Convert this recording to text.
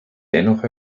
dennoch